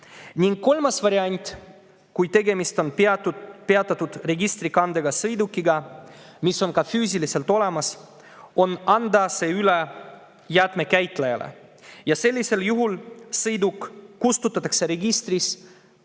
kolmas variant: kui tegemist on peatatud registrikandega sõidukiga, mis on ka füüsiliselt olemas, [saab] anda selle üle jäätmekäitlejale. Sellisel juhul kustutatakse sõiduk